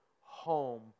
home